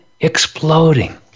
exploding